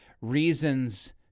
reasons